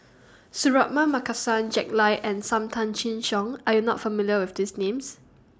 Suratman Markasan Jack Lai and SAM Tan Chin Siong Are YOU not familiar with These Names